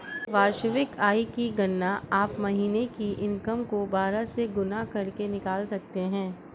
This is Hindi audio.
वार्षिक आय की गणना आप महीने की इनकम को बारह से गुणा करके निकाल सकते है